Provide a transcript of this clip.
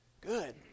Good